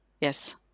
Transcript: Yes